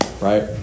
right